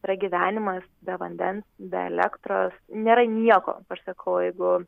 pragyvenimas be vandens be elektros nėra nieko aš sakau jeigu